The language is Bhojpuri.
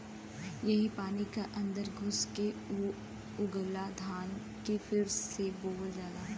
यही पानी क अन्दर घुस के ऊ उगला धान के फिर से बोअल जाला